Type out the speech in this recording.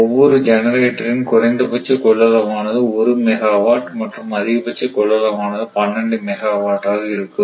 ஒவ்வொரு ஜெனரேட்டர் இன் குறைந்தபட்ச கொள்ளளவானது ஒரு மெகாவாட் மற்றும் அதிகபட்ச கொள்ளளவானது 12 மெகாவாட் ஆக இருக்கும்